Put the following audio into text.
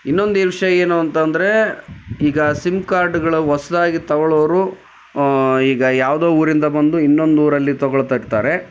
ಇನ್ನೊಂದೇನು ವಿಷಯ ಏನು ಅಂತ ಅಂದರೆ ಈಗ ಸಿಮ್ ಕಾರ್ಡ್ಗಳು ಹೊಸ್ದಾಗಿ ತಗೊಳ್ಳೋರು ಈಗ ಯಾವುದೋ ಊರಿಂದ ಬಂದು ಇನ್ನೊಂದೂರಲ್ಲಿ ತೊಗೊಳ್ತಿರ್ತಾರೆ